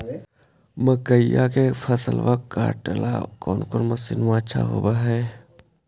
मकइया के फसल काटेला कौन मशीन अच्छा होव हई?